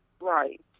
Right